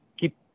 Keep